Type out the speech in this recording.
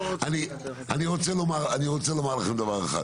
אני רוצה לומר לכם דבר אחד,